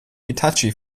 hitachi